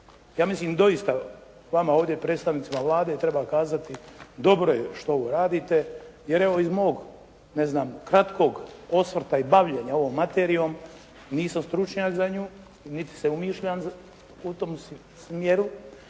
Ja mislim doista vama ovdje predstavnicima Vlade treba kazati dobro je što uradite, jer evo iz mog ne znam kratkog osvrta i bavljenja ovom materijom nisam stručnjak za nju niti se umišljam u tom smjeru.